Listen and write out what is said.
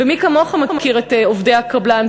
ומי כמוך מכיר את עובדי הקבלן,